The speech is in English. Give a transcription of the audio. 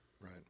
Right